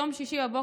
ביום שישי בבוקר,